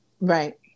Right